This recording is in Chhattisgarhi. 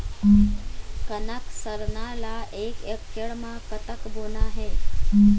कनक सरना ला एक एकड़ म कतक बोना हे?